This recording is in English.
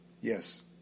Yes